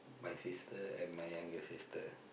my sister and my younger sister